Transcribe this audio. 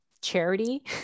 charity